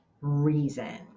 reason